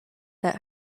that